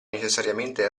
necessariamente